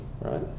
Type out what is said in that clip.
right